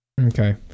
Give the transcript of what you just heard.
Okay